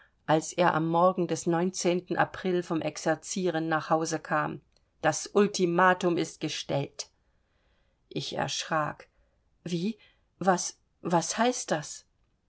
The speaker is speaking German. als er am morgen des neunzehnten april vom exerzieren nach hause kam das ultimatum ist gestellt ich erschrak wie was was heißt das